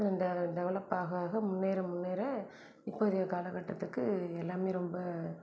develop ஆக ஆக முன்னேற முன்னேற இப்போதைய காலக்கட்டத்துக்கு எல்லாமே ரொம்ப